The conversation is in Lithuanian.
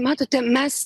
matote mes